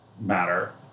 matter